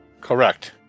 Correct